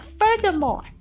furthermore